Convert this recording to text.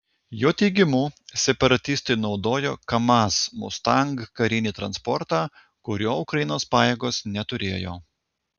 jo teigimu separatistai naudojo kamaz mustang karinį transportą kurio ukrainos pajėgos neturėjo